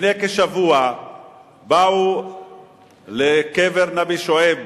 לפני כשבוע באו לקבר נבי שועייב